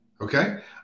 Okay